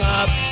up